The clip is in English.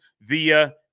via